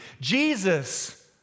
Jesus